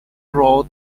road